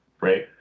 Right